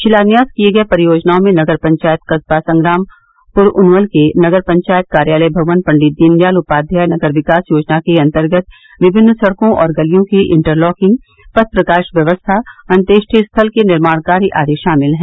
शिलान्यास किये गये परियोजनाओं में नगर पंचायत कस्बा संग्रामपुर उनवल के नगर पंचायत कार्यालय भवन पू दीन दयाल उपाध्याय नगर विकास योजना के अन्तर्गत विभिन्न सड़कों और गलियों की इंटरलाकिंग पथ प्रकाश व्यवस्था अंत्योष्टि स्थल के निर्माण कार्य आदि शामिल है